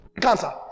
cancer